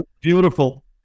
Beautiful